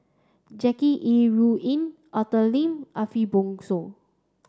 Jackie Yi Ru Ying Arthur Lim Ariff Bongso